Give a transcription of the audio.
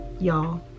y'all